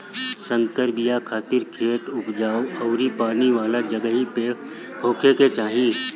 संकर बिया खातिर खेत उपजाऊ अउरी पानी वाला जगही पे होखे के चाही